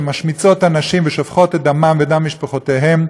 שמשמיצות אנשים ושופכות את דמם ושם משפחותיהם,